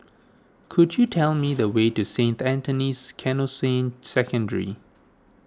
could you tell me the way to Saint Anthony's Canossian Secondary